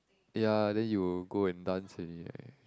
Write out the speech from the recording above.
ya then you go and dance already right